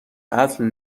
قتل